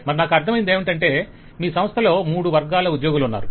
మరి నాకు అర్ధమైనదేమంటే మీ సంస్థలో మూడు వర్గాల ఉద్యోగులు ఉన్నారు